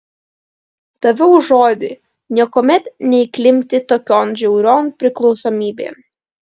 daviau žodį niekuomet neįklimpti tokion žiaurion priklausomybėn